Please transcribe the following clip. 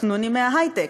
חנונים מההיי-טק,